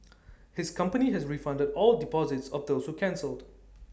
his company has refunded all deposits of those who cancelled